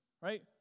Right